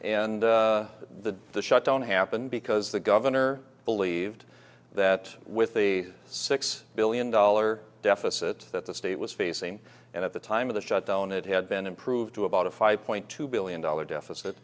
and the the shutdown happened because the governor believed that with the six billion dollar deficit that the state was facing and at the time of the shutdown it had been improved to about a five point two billion dollars deficit